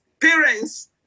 parents